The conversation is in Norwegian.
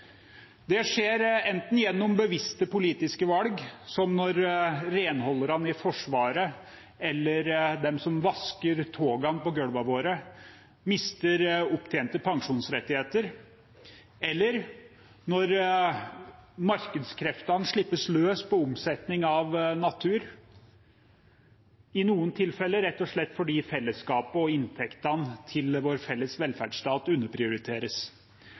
Det skjer enten gjennom bevisste politiske valg, som når renholderne i Forsvaret eller de som vasker golvet på togene våre, mister opptjente pensjonsrettigheter, eller når markedskreftene slippes løs på omsetning av natur, i noen tilfeller rett og slett fordi fellesskapet og inntektene til vår felles velferdsstat underprioriteres.